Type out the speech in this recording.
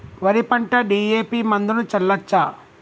వరి పంట డి.ఎ.పి మందును చల్లచ్చా?